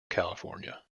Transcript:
california